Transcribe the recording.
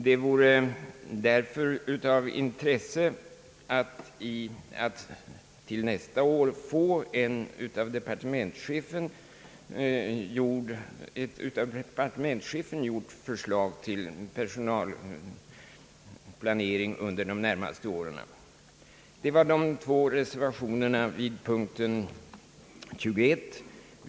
Det vore därför av intresse att till nästa år få ett av departementschefen uppgjort förslag till personalplanering under de närmaste åren. Detta var, herr talman, de två reservationerna vid punkten 21.